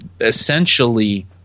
essentially